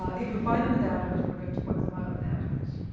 ah if we find them in the outhouse, we're going to wipe them out in the outhouse.